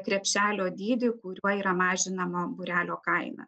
krepšelio dydį kuriuo yra mažinama būrelio kaina